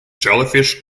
jellyfish